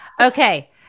okay